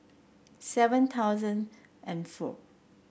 seven thousand and four